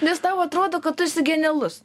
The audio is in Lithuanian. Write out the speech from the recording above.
nes tau atrodo kad tu esi genialus